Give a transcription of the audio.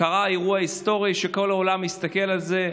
קרה אירוע היסטורי שכל העולם הסתכל עליו.